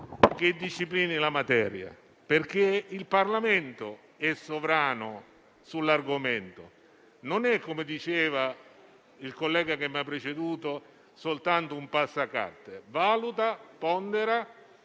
che disciplini la materia, perché il Parlamento è sovrano sull'argomento e non - come diceva il collega che mi ha preceduto - soltanto un passacarte. Il Parlamento